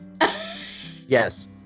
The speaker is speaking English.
Yes